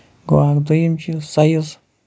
دٔیِم چیٖز سایِز